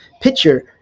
picture